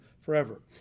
forever